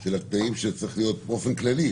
של התנאים שצריכים להיות באופן כללי,